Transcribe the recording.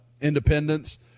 Independence